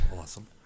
Awesome